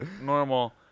Normal